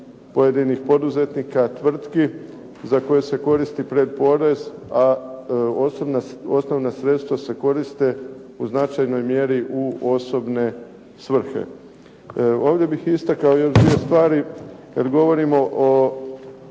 pojedinih poduzetnika, tvrtki za koje se koristiti pred porez a osnovna sredstva se koriste u značajnoj mjeri u osobne svrhe. Ovdje bih istakao još dio stvari, jer govorimo o